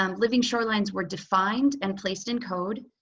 um living shorelines were defined and placed in code.